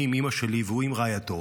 אני עם אימא שלי והוא עם רעייתו.